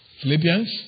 Philippians